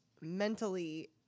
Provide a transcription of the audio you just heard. mentally